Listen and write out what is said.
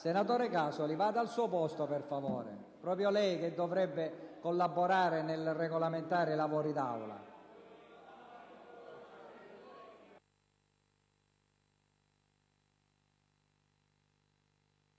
Senatore Casoli, vada al suo posto, per favore. Proprio lei che dovrebbe collaborare nel regolamentare i lavori d'Aula!